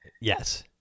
Yes